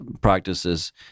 practices